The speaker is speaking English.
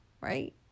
right